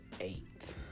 eight